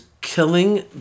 killing